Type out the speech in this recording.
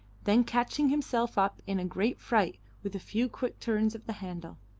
then catching himself up in a great fright with a few quick turns of the handle.